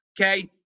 okay